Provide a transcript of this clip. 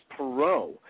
Perot